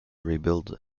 rebuild